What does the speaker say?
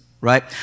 Right